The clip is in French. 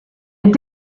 est